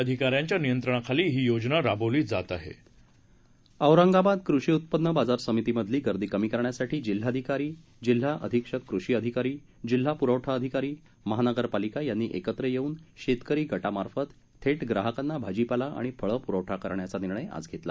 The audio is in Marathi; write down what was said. थट्टीप्राहकांना परवठा औरंगाबाद कृषी उत्पन्न बाजार समितीमधली गर्दी कमी करण्यासाठी जिल्हाधिकारी जिल्हा अधीक्षक कृषी अधिकारी जिल्हा पुरवठा अधिकारी महानगरपालिका यांनी एकत्र येऊन शेतकरी ग मार्फत थे ग्राहकांना भाजीपाला आणि फळे पुरवठा करण्याचा निर्णय आज घेतला